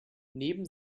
neben